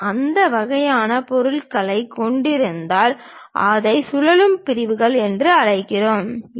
நாம் அந்த வகையான பொருள்களைக் கொண்டிருந்தால் அதை சுழலும் பிரிவுகள் என்று அழைக்கிறோம்